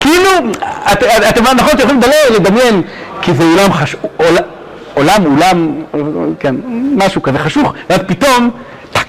כאילו אתם נכון שיכולים בלילה לדמיין כזה עולם חשוך עולם עולם משהו כזה חשוך ואז פתאום